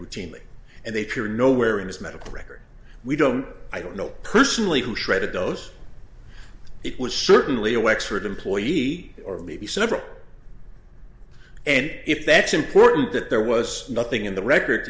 routinely and they peer nowhere in his medical record we don't i don't know personally who shredded those it was certainly a wetsuit employee or maybe several and if that's important that there was nothing in the record